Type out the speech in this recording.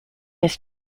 his